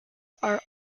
are